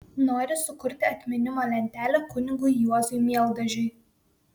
nori sukurti atminimo lentelę kunigui juozui mieldažiui